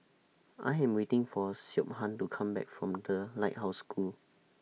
I Am waiting For Siobhan to Come Back from The Lighthouse School